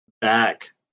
back